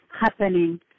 happening